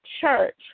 Church